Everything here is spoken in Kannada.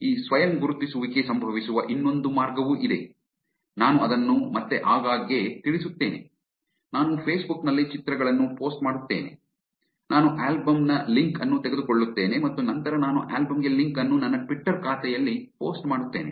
ಈ ಸ್ವಯಂ ಗುರುತಿಸುವಿಕೆ ಸಂಭವಿಸುವ ಇನ್ನೊಂದು ಮಾರ್ಗವೂ ಇದೆ ನಾನು ಅದನ್ನು ಮತ್ತೆ ಆಗಾಗ್ಗೆ ತಿಳಿಸುತ್ತೇನೆ ನಾನು ಫೇಸ್ಬುಕ್ ನಲ್ಲಿ ಚಿತ್ರಗಳನ್ನು ಪೋಸ್ಟ್ ಮಾಡುತ್ತೇನೆ ನಾನು ಆಲ್ಬಮ್ ನ ಲಿಂಕ್ ಅನ್ನು ತೆಗೆದುಕೊಳ್ಳುತ್ತೇನೆ ಮತ್ತು ನಂತರ ನಾನು ಆಲ್ಬಮ್ ಗೆ ಲಿಂಕ್ ಅನ್ನು ನನ್ನ ಟ್ವಿಟ್ಟರ್ ಖಾತೆಯಲ್ಲಿ ಪೋಸ್ಟ್ ಮಾಡುತ್ತೇನೆ